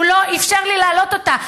הוא לא אפשר לי להעלות אותה,